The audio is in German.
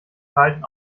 verhalten